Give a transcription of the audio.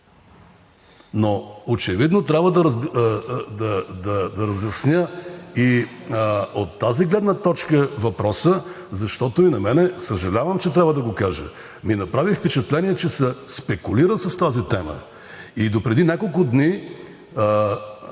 Но очевидно трябва да разясня и от тази гледна точка въпроса, защото и на мен – съжалявам, че трябва да го кажа – ми направи впечатление, че се спекулира с тази тема. Допреди няколко дни